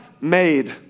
made